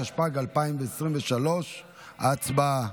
התשפ"ג 2023. הצבעה.